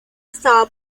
estaba